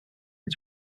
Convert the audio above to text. its